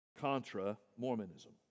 Contra-Mormonism